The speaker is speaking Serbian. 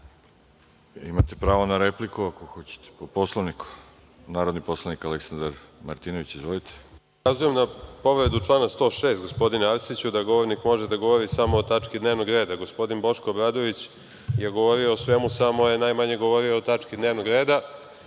Imate pravo na repliku ako hoćete. Po Poslovniku narodni poslanik Aleksandar Martinović, izvolite. **Aleksandar Martinović** Ukazujem na povredu člana 106, gospodine Arsiću, da govornik može da govori samo o tački dnevnog reda. Gospodin Boško Obradović je govorio o svemu, samo je najmanje govorio o tački dnevnog reda. Prvo,